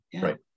right